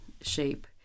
shape